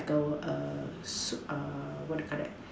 those err s~ err what do you call that